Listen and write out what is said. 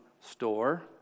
store